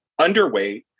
underweight